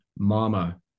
Mama